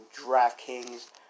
DraftKings